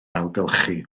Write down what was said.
ailgylchu